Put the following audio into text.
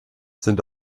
sind